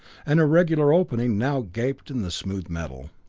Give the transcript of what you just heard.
an irregular opening now gaped in the smooth metal.